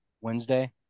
Wednesday